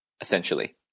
essentially